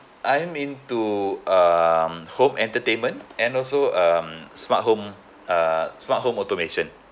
I'm into um home entertainment and also um smart home uh smart home automation